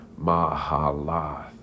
Mahalath